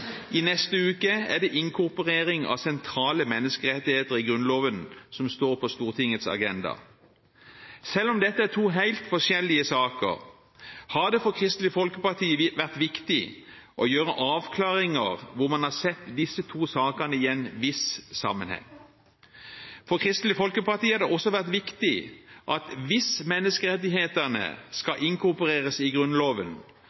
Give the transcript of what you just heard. i neste uke er det inkorporering av sentrale menneskerettigheter i Grunnloven som står på Stortingets agenda. Selv om dette er to helt forskjellige saker, har det for Kristelig Folkeparti vært viktig å gjøre avklaringer hvor man har sett disse to sakene i en viss sammenheng. For Kristelig Folkeparti har det også vært viktig at hvis menneskerettighetene